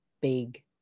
big